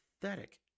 pathetic